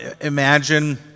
imagine